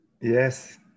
Yes